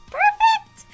perfect